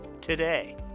today